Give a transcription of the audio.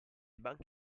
banche